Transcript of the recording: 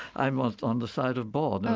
i'm ah on the side of bohr, no